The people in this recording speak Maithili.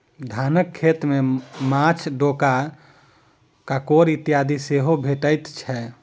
धानक खेत मे माँछ, डोका, काँकोड़ इत्यादि सेहो भेटैत छै